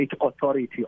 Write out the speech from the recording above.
authority